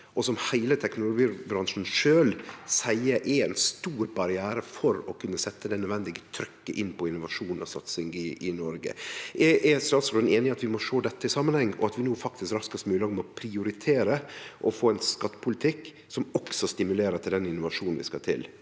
og som heile teknologibransjen sjølv seier er ein stor barriere for å kunne setje inn det nødvendige trykket på innovasjon og satsing i Noreg. Er statsråden einig i at vi må sjå dette i samanheng, og at vi no raskast mogleg faktisk må prioritere å få ein skattepolitikk som også stimulerer til den innovasjonen som skal til,